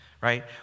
right